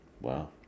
wow